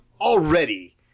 already